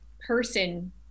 person